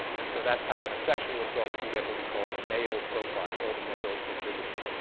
and so that's how in a sexual assault we can get what we call the male, profile all the male contributors.